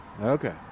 Okay